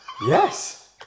Yes